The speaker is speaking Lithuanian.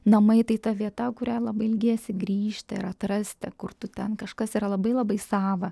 namai tai ta vieta kuria labai ilgiesi grįžti ir atrasti kur tu ten kažkas yra labai labai sava